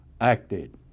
acted